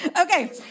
Okay